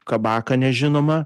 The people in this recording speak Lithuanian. kabaką nežinomą